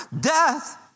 Death